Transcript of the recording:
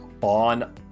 on